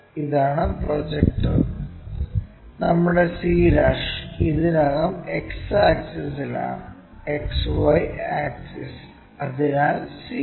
ഇതാണ് പ്രൊജക്ടർ നമ്മുടെ c' ഇതിനകം X ആക്സിസിലാണ് XY ആക്സിസ് അതിനാൽ c